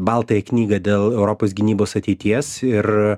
baltąją knygą dėl europos gynybos ateities ir